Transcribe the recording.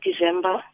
December